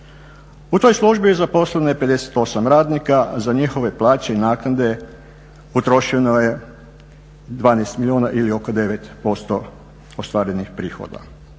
U toj službi zaposleno je 58 radnika, za njihove plaće i naknade utrošeno je 12 milijuna ili oko 9% ostvarenih prihoda.